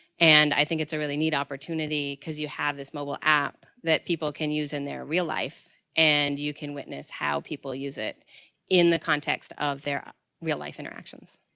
and i think it's a really neat opportunity because you have this mobile app that people can use in their real life and you can witness how people use it in the context of their real life interactions.